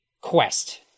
quest